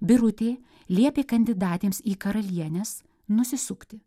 birutė liepė kandidatėms į karalienes nusisukti